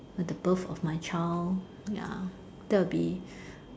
at the birth of my child ya that would be